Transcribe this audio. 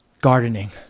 Gardening